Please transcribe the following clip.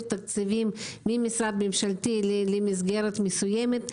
תקציבים ממשרד ממשלתי למסגרת מסוימת.